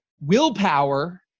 willpower